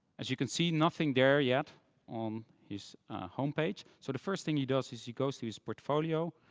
as you can see, nothing there yet on his home page. so the first thing he does is he goes to his portfolio,